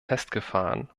festgefahren